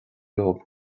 romhaibh